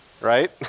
right